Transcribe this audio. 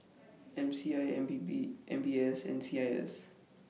M C I M B B M B S and C I S